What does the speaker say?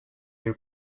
new